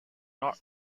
not